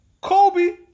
Kobe